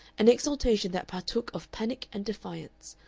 an exaltation that partook of panic and defiance,